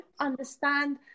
understand